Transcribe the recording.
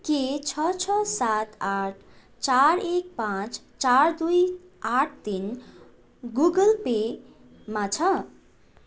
के छ छ सात आठ चार एक पाँच चार दुई आठ तिन गुगल पेमा छ